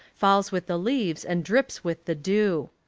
falls with the leaves and drips with the dew.